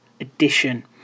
Edition